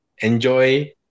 enjoy